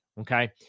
Okay